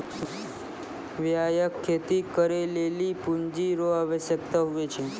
व्यापक खेती करै लेली पूँजी रो आवश्यकता हुवै छै